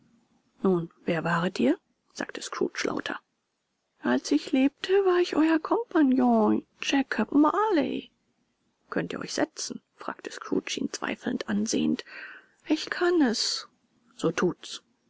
nun wer waret ihr sagte scrooge lauter als ich lebte war ich euer compagnon jakob marley könnt ihr euch setzen fragte scrooge ihn zweifelnd ansehend ich kann es so thut's